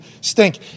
stink